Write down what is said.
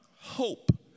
hope